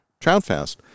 TroutFest